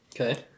Okay